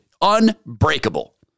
unbreakable